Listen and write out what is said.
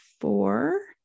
four